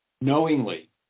knowingly